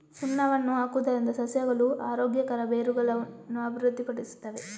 ಸುಣ್ಣವನ್ನು ಹಾಕುವುದರಿಂದ ಸಸ್ಯಗಳು ಆರೋಗ್ಯಕರ ಬೇರುಗಳನ್ನು ಅಭಿವೃದ್ಧಿಪಡಿಸುತ್ತವೆ